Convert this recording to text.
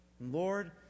lord